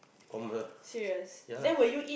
ya lah